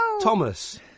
Thomas